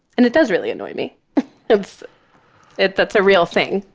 and it does really annoy me of it that's a real thing.